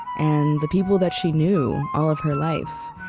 and the people that she knew, all of her life.